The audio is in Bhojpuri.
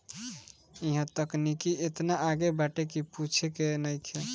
इहां तकनीकी एतना आगे बाटे की पूछे के नइखे